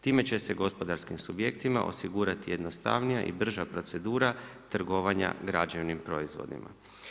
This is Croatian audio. Time će se gospodarskim subjektima osigurati jednostavnija i brža procedura trgovanja građevnim proizvodima.